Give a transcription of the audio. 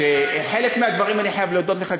שעל חלק מהדברים אני חייב להודות לך,